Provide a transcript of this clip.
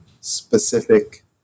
specific